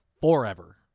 forever